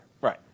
Right